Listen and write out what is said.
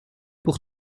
pour